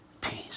peace